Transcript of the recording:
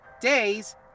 days